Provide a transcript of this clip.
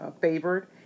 favored